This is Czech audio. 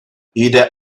jde